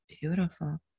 Beautiful